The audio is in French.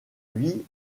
vie